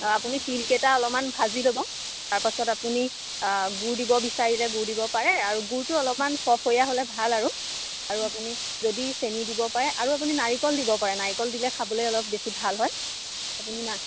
আপুনি তিলকেইটা অলপমান ভাজি ল'ব তাৰপাছত আপুনি গুড় দিব বিচাৰিলে গুড় দিব পাৰে আৰু গুড়টো অলপমান ফৰফৰীয়া হ'লে ভাল আৰু আৰু আপুনি যদি চেনি দিব পাৰে আৰু আপুনি নাৰিকল দিব পাৰে নাৰিকল দিলে খাবলৈ অলপ বেছি ভাল হয় আপুনি না